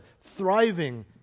thriving